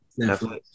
Netflix